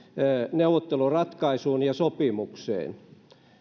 neuvotteluratkaisuun ja sopimukseen